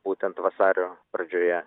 būtent vasario pradžioje